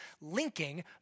linking